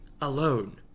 alone